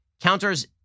counters